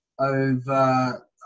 over